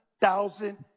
thousand